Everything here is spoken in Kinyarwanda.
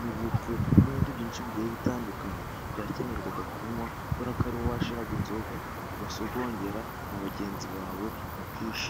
n'ubukwe n'ibindi byinshi bigiye bitandukanye byakenerwaga kunywa, kubera ko ari ho washyiraga inzoga, ugasogongera na bagenzi bawe mukishima.